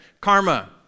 Karma